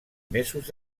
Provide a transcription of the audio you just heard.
mesos